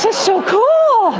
so so cool!